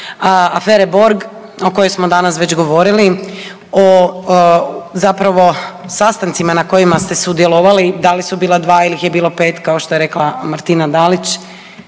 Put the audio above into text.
se afere Borg o kojoj smo danas već govorili, o zapravo sastancima na kojima ste sudjelovali, da li su bila dva ili je bilo pet kao što je rekla Martina Dalić